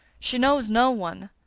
she knows no one.